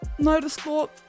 motorsport